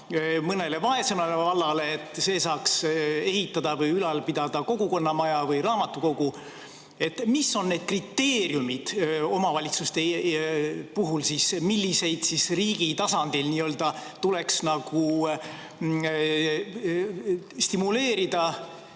mõnele vaesemale vallale, et see saaks ehitada või ülal pidada kogukonnamaja või raamatukogu. Mis on need kriteeriumid omavalitsuste puhul? Mida riigi tasandil tuleks stimuleerida?